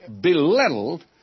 belittled